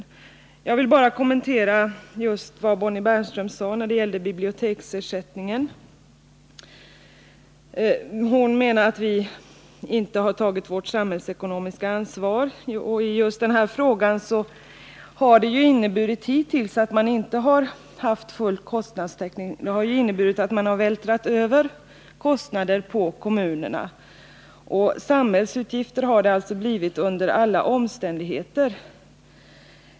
Jag vill bara kommentera vad Bonnie Bernström sade i fråga om biblioteksersättningen. Hon menar att vi inte har tagit vårt samhällsekonomiska ansvar. På detta område har man hittills inte haft full kostnadstäckning. Det har innburit att man vältrat över kostnaderna på kommunerna. Samhällsutgifter har det alltså blivit under alla omständigheter.